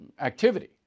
activity